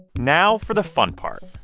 now for the fun part